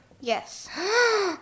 Yes